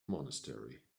monastery